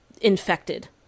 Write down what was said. infected